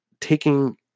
taking